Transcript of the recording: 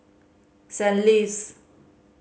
St Ives